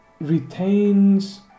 retains